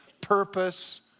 purpose